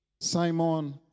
Simon